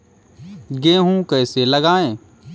गेहूँ कैसे लगाएँ?